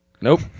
Nope